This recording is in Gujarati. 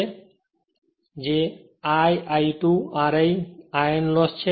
તેથી આ તે I I2 R i તે આયર્ન લોસ છે